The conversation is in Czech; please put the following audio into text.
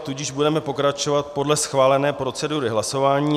Tudíž budeme pokračovat podle schválené procedury hlasování.